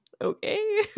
okay